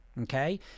okay